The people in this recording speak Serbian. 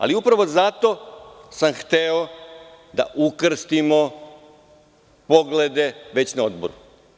Ali, upravo zato sam hteo da ukrstimo poglede već na odboru.